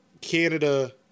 Canada